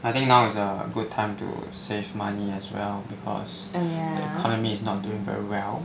I think now is a good time to save money as well because the economy is not doing very well